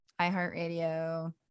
iHeartRadio